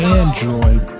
android